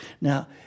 Now